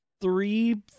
three